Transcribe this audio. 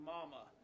Mama